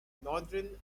northern